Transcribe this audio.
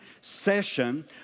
session